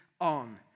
on